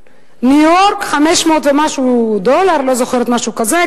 ניו-יורק, 500 ומשהו דולר, לא זוכרת, משהו כזה.